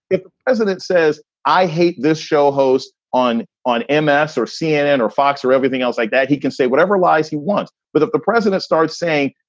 it isn't. that says i hate this show host on on m s. or cnn or fox or everything else like that. he can say whatever lies he wants with the president starts saying,